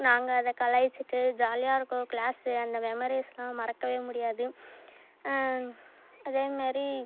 நாங்கள் அதை கலாய்ச்சுட்டு ஜாலியாக இருக்கும் க்ளாஸ்ஸு அந்த மெமரிஸ்லாம் மறக்கவே முடியாது அதே மாரி